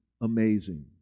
amazing